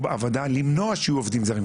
או ועדה של למנוע שיהיו עובדים זרים,